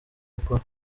gukora